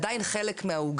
אבל זה עדיין חלק מהעוגה.